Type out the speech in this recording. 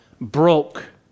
broke